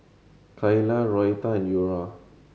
Kaela Noretta and Eura